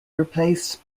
replaced